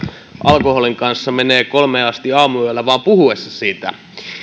alkoholin kanssa menee kolmeen asti aamuyöllä vain puhuessa